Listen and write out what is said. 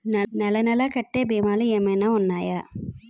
నెల నెల కట్టే భీమాలు ఏమైనా ఉన్నాయా?